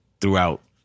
throughout